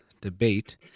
debate